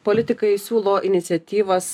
politikai siūlo iniciatyvas